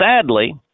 sadly